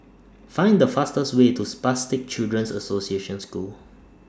Find The fastest Way to Spastic Children's Association School